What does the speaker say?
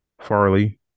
Farley